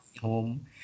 home